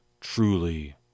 truly